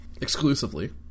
exclusively